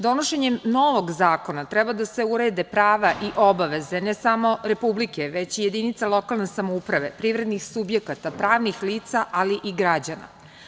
Donošenjem novog zakona treba da se urede prava i obaveze, ne samo Republike, već i jedinica lokalne samouprave, privrednih subjekata, pravnih lica, ali i građana.